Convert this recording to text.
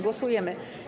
Głosujemy.